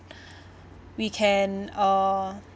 we can uh